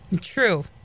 True